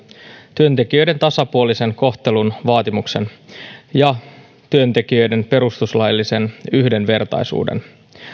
työntekijöiden tasapuolisen kohtelun vaatimuksen ja työntekijöiden perustuslaillisen yhdenvertaisuuden